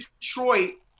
Detroit